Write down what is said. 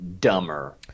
dumber